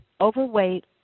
overweight